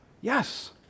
Yes